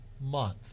month